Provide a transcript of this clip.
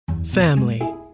family